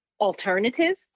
alternative